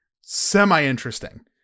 semi-interesting